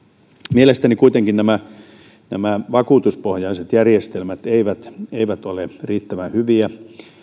mielestäni nämä nämä vakuutuspohjaiset järjestelmät eivät kuitenkaan ole riittävän hyviä